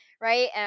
right